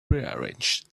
prearranged